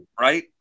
right